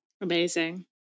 Amazing